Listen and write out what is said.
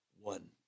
one